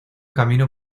camino